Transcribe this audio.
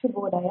ಶುಭೋದಯ